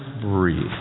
breathe